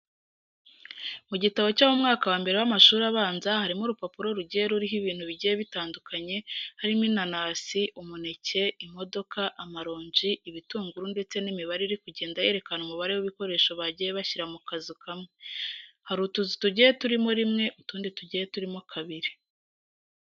Mu gitabo cyo mu mwaka wa mbere w'amashuri abanza harimo urupapuro rugiye ruriho ibintu bigiye bitandukanye harimo inanasi, umuneke, imodoka, amaronji, ibitunguru ndetse n'imibare iri kugenda yerekana umubare w'ibikoresho bagiye bashyira mu kazu kamwe. Hari utuzu tugiye turimo rimwe, utundi tugiye turimo kabiri.